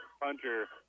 puncher